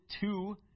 two